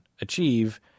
achieve